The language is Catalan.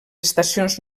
estacions